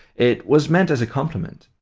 it was meant as a compliment.